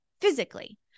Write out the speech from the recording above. physically